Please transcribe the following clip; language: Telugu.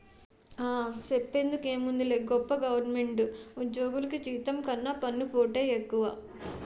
ఆ, సెప్పేందుకేముందిలే గొప్ప గవరమెంటు ఉజ్జోగులికి జీతం కన్నా పన్నుపోటే ఎక్కువ